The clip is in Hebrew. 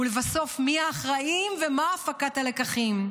ולבסוף מי האחראים ומה הפקת הלקחים.